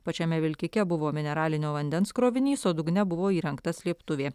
pačiame vilkike buvo mineralinio vandens krovinys o dugne buvo įrengta slėptuvė